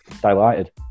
delighted